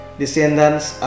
descendants